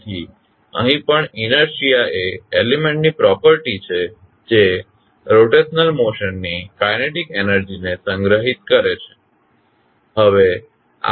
તેથી અહીં પણ ઇનેર્શીઆ એ એલીમેન્ટની પ્રોપર્ટી છે જે રોટેશનલ મોશનની કાઈનેટીક એનર્જી ને સંગ્રહિત કરે છે